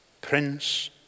Prince